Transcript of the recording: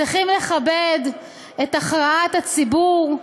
צריכים לכבד את הכרעת הציבור,